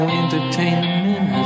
entertainment